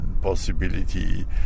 possibility